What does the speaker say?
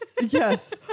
Yes